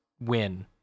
win